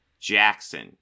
Jackson